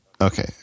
Okay